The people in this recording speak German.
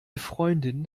freundin